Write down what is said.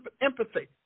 empathy